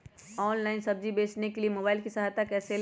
Online सब्जी बेचने के लिए मोबाईल की सहायता कैसे ले?